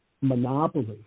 monopoly